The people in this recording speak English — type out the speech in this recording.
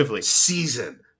season